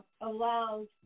allows